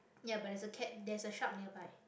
ya but there's a cat there's a shark nearby